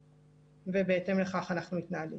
ובהתאם לכך אנחנו מתנהלים.